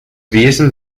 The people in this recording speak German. wesen